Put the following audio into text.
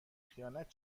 خیانت